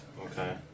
Okay